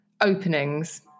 openings